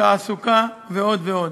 תעסוקה ועוד ועוד.